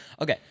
Okay